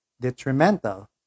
detrimental